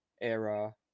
era